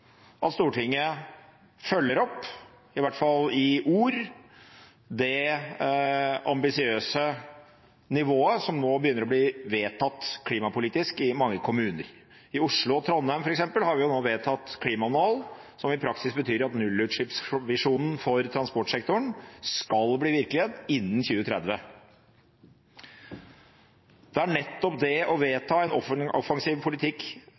at Stortinget følger opp, i hvert fall i ord, det ambisiøse nivået som nå begynner å bli vedtatt klimapolitisk i mange kommuner. I Oslo og Trondheim, f.eks., har en nå vedtatt klimamål som i praksis betyr at nullutslippsvisjonen for transportsektoren skal bli virkelighet innen 2030. Det er nettopp det å vedta en offensiv politikk